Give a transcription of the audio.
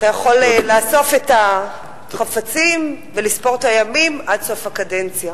אתה יכול לאסוף את החפצים ולספור את הימים עד סוף הקדנציה.